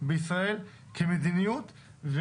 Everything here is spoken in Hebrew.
בישראל כמדיניות.